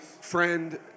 friend